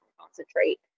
concentrate